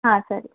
ಹಾಂ ಸರಿ